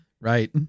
Right